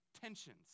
tensions